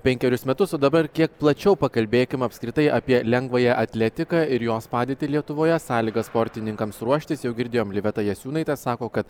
penkerius metus o dabar kiek plačiau pakalbėkim apskritai apie lengvąją atletiką ir jos padėtį lietuvoje sąlygas sportininkams ruoštis jau girdėjom liveta jasiūnaitė sako kad